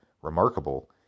remarkable